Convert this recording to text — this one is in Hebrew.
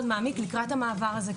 מאוד מעמיק לקראת המעבר הזה,